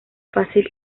fácil